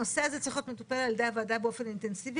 הנושא הזה צריך להיות מטופל על ידי הוועדה באופן אינטנסיבי,